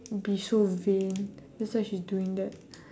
be so vain that's why she's doing that